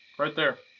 right there.